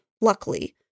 Luckily